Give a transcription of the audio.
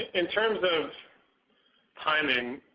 in terms of timing,